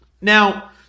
Now